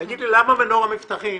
תגיד לי למה מנורה מבטחים,